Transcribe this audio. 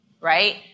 Right